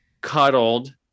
cuddled